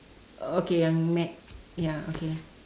okay yang mad ya okay